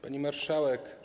Pani Marszałek!